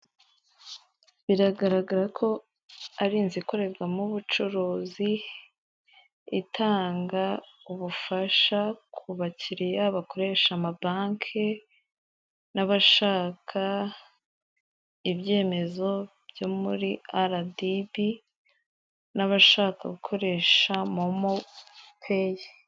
Biragaragara ko ari inzukorerwamo ubucuruzi, itanga ubufasha ku bakiriya bakoresha amabanke n'abashaka ibyemezo byo muri aradibu n'abashaka gukoresha momo peyi.